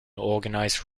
organised